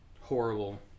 Horrible